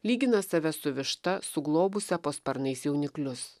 lygina save su višta suglobusia po sparnais jauniklius